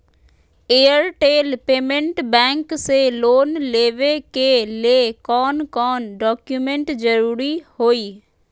Airtel payments bank से loan लेवे के ले कौन कौन डॉक्यूमेंट जरुरी होइ?